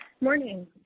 Morning